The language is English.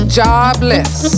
jobless